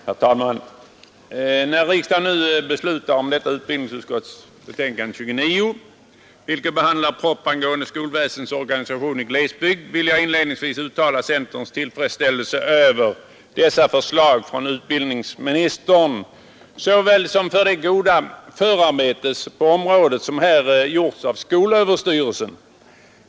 Herr talman! När riksdagen nu skall besluta om utbildningsutskottets betänkande nr 29, vilket behandlar propositionen angående skolväsendets organisation i glesbygd, vill jag inledningsvis uttala centerns tillfredsställelse över såväl dessa förslag från utbildningsministern som det goda förarbete på området som har gjorts av skolöverstyrelsen.